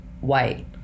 white